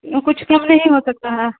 کچھ کم نہیں ہو سکتا ہے